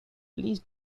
please